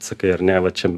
sakai ar ne va čia